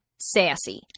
sassy